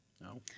No